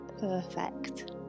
perfect